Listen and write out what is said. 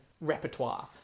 repertoire